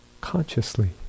consciously